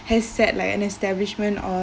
has set like an establishment or